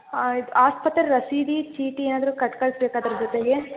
ಆಯ್ತು ಆಸ್ಪತ್ರೆ ರಸೀದಿ ಚೀಟಿ ಏನಾದರೂ ಕೊಟ್ಟ್ ಕಳಿಸ್ಬೇಕಾ ಅದ್ರ ಜೊತೆಗೆ